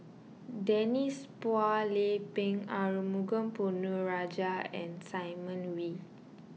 Denise Phua Lay Peng Arumugam Ponnu Rajah and Simon Wee